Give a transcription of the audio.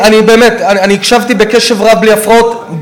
אני הקשבתי בקשב רב, בלי הפרעות.